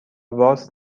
راس